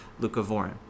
leucovorin